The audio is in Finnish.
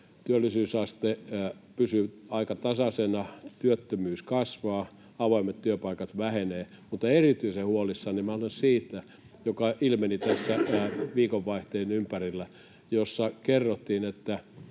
Työllisyysaste pysyy aika tasaisena, työttömyys kasvaa, avoimet työpaikat vähenevät, mutta erityisen huolissani minä olen siitä, mikä ilmeni tässä viikonvaihteen ympärillä, kun kerrottiin, että